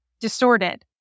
distorted